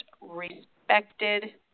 respected